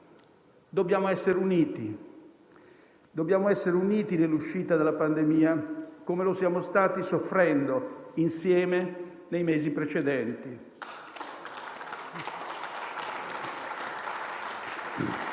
Dobbiamo essere uniti nell'uscita della pandemia, come lo siamo stati soffrendo insieme nei mesi precedenti.